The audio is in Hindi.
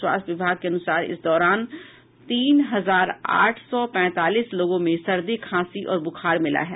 स्वास्थ्य विभाग के अनुसार इस दौरान तीन हजार आठ सौ पैंतालीस लोगों में सर्दी खांसी और बुखार मिला है